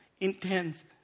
intense